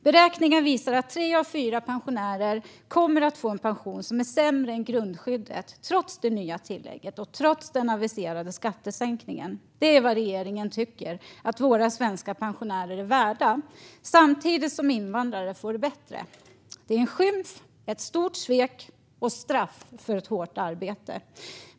Beräkningar visar att tre av fyra pensionärer kommer att få en pension som är sämre än grundskyddet, trots det nya tillägget och den aviserade skattesänkningen. Det är vad regeringen tycker att våra svenska pensionärer är värda. Samtidigt får invandrare det bättre. Det är en skymf, ett stort svek och ett straff för ett hårt arbete.